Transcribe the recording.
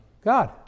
God